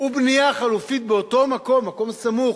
ובנייה חלופית באותו מקום, מקום סמוך,